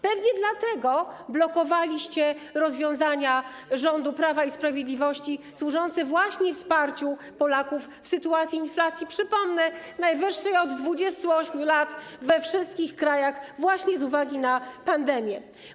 Pewnie dlatego blokowaliście rozwiązania rządu Prawa i Sprawiedliwości służące właśnie wsparciu Polaków w sytuacji inflacji - przypomnę - najwyższej od 28 lat we wszystkich krajach, właśnie z uwagi na pandemię.